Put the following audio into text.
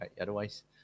Otherwise